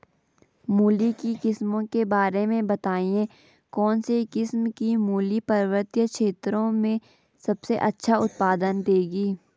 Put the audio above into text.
मूली की किस्मों के बारे में बताइये कौन सी किस्म की मूली पर्वतीय क्षेत्रों में सबसे अच्छा उत्पादन देंगी?